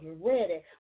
ready